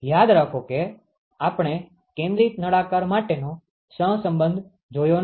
યાદ રાખો કે આપણે કેન્દ્રિત નળાકાર માટેનો સહસંબંધ જોયો નથી